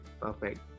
perfect